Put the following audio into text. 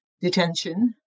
detention